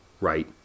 right